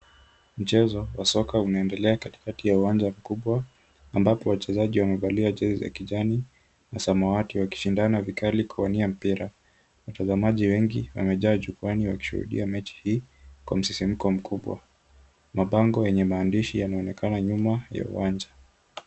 Mchezo wa soka unaendelea katikati ya uwanja mkubwa ambapo wachezaji wamevalia jezi za kijani na samawati wakishirikiana vikali kuwania mpira. Watazamaji wengi wamejaa jukwaani wakishuhudia mechi hii kwa msisimko mkubwa. Mabango yenye maandishi yanaonekana nyuma ya uwanja.